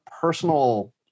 personal